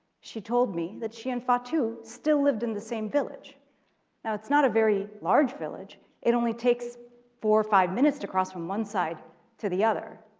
she told me that she and fatu still lived in the same village. now it's not a very large village. it only take so four or five minutes to cross from one side to the other.